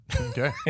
okay